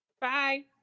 Bye